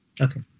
Okay